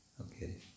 Okay